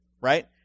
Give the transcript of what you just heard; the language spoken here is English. right